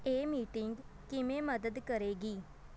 ਇਹ ਮੀਟਿੰਗ ਕਿਵੇਂ ਮਦਦ ਕਰੇਗੀ